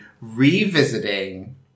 revisiting